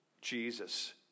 Jesus